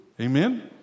Amen